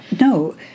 no